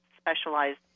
specialized